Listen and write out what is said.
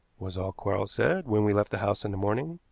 was all quarles said when we left the house in the morning.